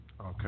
Okay